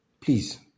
Please